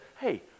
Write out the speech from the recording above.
hey